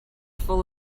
full